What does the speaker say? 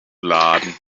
laden